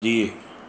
जीउ